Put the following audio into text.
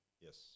Yes